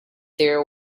there